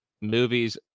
movies